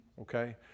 okay